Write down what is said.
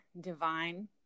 divine